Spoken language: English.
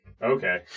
Okay